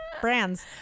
brands